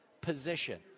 position